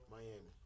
Miami